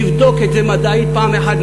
נבדוק את זה מדעית פעם אחת.